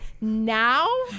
now